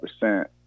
percent